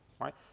right